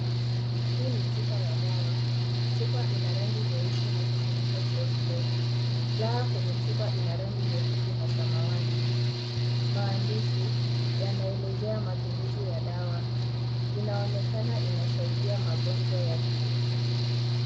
Hii ni chupa ya dawa. Chupa ina rangi nyeusi na kufuniko cheupe. Dawa kwenye chupa ina rangi nyekundu na samawati. Maandishi yanaelezea matumizi ya dawa. Inaonekana inasaidia magonjwa ya kiume.